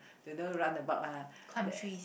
don't know run about [one] ah